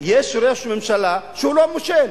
יש ראש ממשלה שהוא לא מושל,